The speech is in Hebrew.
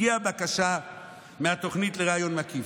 הגיעה בקשה מהתוכנית לריאיון מקיף.